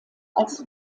als